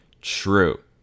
true